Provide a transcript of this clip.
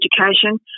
education